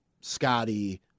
Scotty